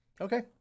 Okay